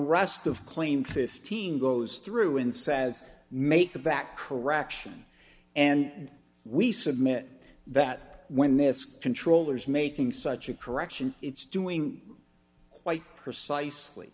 rest of claim fifteen goes through and says make that correction and we submit that when this controllers making such a correction it's doing quite precisely